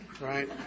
Right